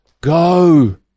go